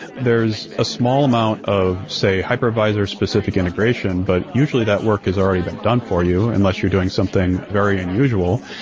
there's a small amount of say hypervisor-specif ic integration, but usually that work has already been done for you, unless you're doing something very unusual.